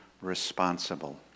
responsible